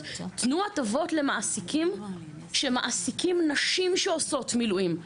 תנו הטבות למעסיקים שמעסיקים נשים שעושות מילואים.